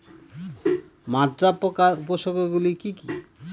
মাজরা পোকার উপসর্গগুলি কি কি?